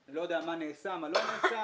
אני לא יודע מה נעשה ומה לא נעשה,